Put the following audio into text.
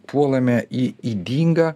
puolame į ydingą